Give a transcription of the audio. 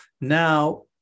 Now